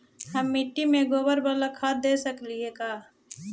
हम मिट्टी में गोबर बाला खाद दे सकली हे का?